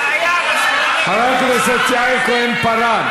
חברת כנסת יעל כהן-פארן.